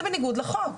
זה בניגוד לחוק.